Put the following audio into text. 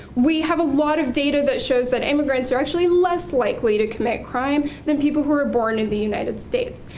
we have a lot of data that shows that immigrants are actually less likely to commit crime than people who are born in the united states,